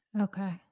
Okay